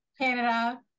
Canada